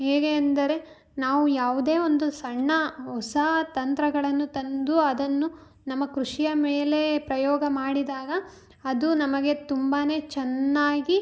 ಹೇಗೆ ಎಂದರೆ ನಾವು ಯಾವುದೇ ಒಂದು ಸಣ್ಣ ಹೊಸ ತಂತ್ರಗಳನ್ನು ತಂದು ಅದನ್ನು ನಮ್ಮ ಕೃಷಿಯ ಮೇಲೆ ಪ್ರಯೋಗ ಮಾಡಿದಾಗ ಅದು ನಮಗೆ ತುಂಬಾ ಚೆನ್ನಾಗಿ